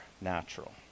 natural